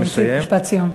משפט סיום.